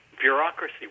bureaucracy